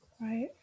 Right